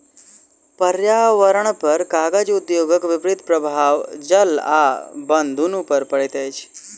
पर्यावरणपर कागज उद्योगक विपरीत प्रभाव जल आ बन दुनू पर पड़ैत अछि